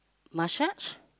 massage